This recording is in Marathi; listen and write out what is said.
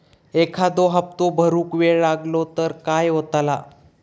एखादो हप्तो भरुक वेळ लागलो तर काय होतला?